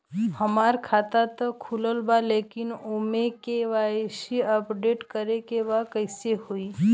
हमार खाता ता खुलल बा लेकिन ओमे के.वाइ.सी अपडेट करे के बा कइसे होई?